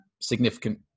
significant